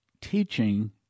teaching